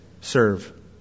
serve